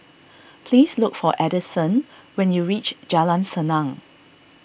please look for Addison when you reach Jalan Senang